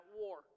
war